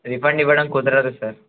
refund ఇవ్వడం కుదరదు sir